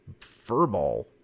furball